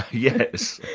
yes.